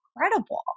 incredible